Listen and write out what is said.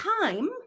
time